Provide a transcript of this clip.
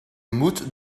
moet